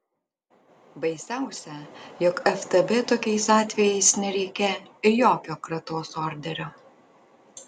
baisiausia jog ftb tokiais atvejais nereikia jokio kratos orderio